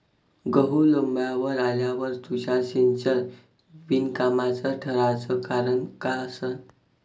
गहू लोम्बावर आल्यावर तुषार सिंचन बिनकामाचं ठराचं कारन का असन?